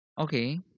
Okay